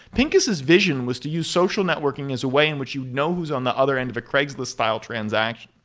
pincus's vision was to use social networking as a way in which you know who's on the other end of a craigslist style transaction.